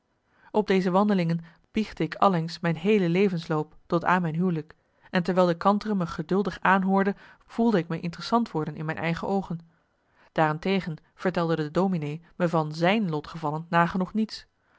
op deze wandelingen biechtte ik allengs mijn heele levensloop tot aan mijn huwelijk en terwijl de kantere me geduldig aanhoorde voelde ik me interessant worden in mijn eigen oogen daarentegen vertelde de dominee me van zijn lotgevallen nagenoeg niets